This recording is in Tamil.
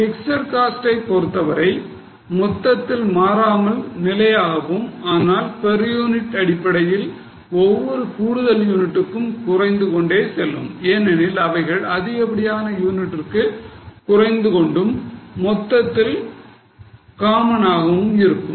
Fixed cost ஐ பொருத்தவரை மொத்தத்தில் மாறாமல் நிலையாகவும் ஆனால் per unit அடிப்படையில் ஒவ்வொரு கூடுதல் யூனிட்டும் குறைந்து கொண்டே செல்லும் ஏனெனில் அவைகள் அதிகப்படியான யூனிட்டிற்கு குறைந்து கொண்டும் மொத்தத்தில் common ஆகவும் இருக்கும்